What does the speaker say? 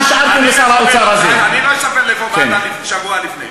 הנושא חשוב מאוד,